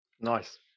Nice